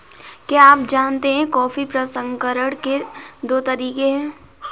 क्या आप जानते है कॉफी प्रसंस्करण के दो तरीके है?